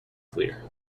clear